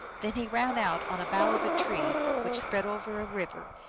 then he ran out on a bough of a tree which spread over a river,